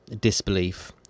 disbelief